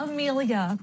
Amelia